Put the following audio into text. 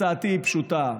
הצעתי היא פשוטה,